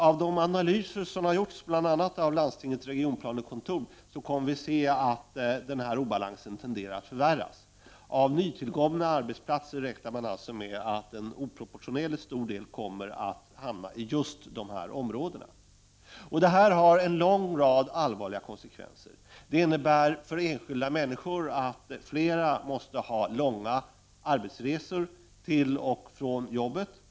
Av de analyser som har gjorts, bl.a. av landstingets regionplanekontor, kan vi se att denna obalans tenderar att förvärras. Av nytillkomna arbetsplatser räknar man med att en oproportionerligt stor andel kommer att hamna i just dessa områden. Detta får en lång rad allvarliga konsekvenser. För de enskilda människorna innebär det att fler kommer att få långa resor till och från sina arbetsplatser.